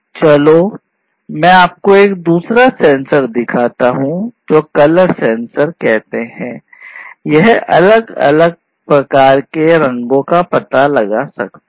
चलो मैं आपको दूसरा सेंसर दिखाता हूं जिसे कलर सेंसर कहते हैं यह अलग अलग प्रकार के रंगों का पता लगा सकता है